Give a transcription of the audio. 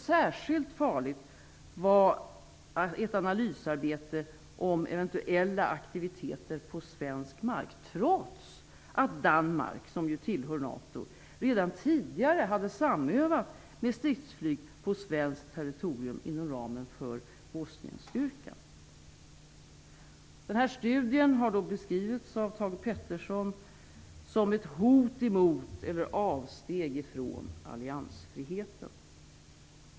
Särskilt farligt var ett analysarbete om eventuella aktiviteter på svensk mark trots att Danmark, som ju tillhör NATO, redan tidigare hade samövat med stridsflyg på svenskt territorium inom ramen för Bosnienstyrkan. Denna studie har beskrivits av Thage G Peterson som ett hot emot eller avsteg ifrån alliansfriheten.